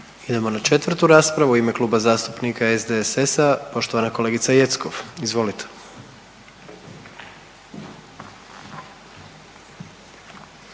Idemo na četvrtu raspravu u ime Kluba zastupnika SDSS-a poštovana kolegica Jeckov, izvolite.